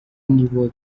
nibo